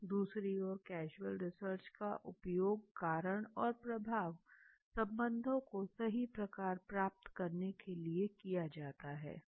दूसरी ओर casual research का उपयोग कारण और प्रभाव संबंधों को सही प्रकार प्राप्त करने के लिए किया जाता है